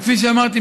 כפי שאמרתי,